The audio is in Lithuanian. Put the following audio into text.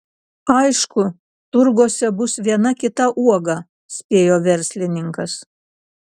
aišku turguose bus viena kita uoga spėjo verslininkas